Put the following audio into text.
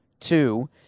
two